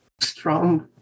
strong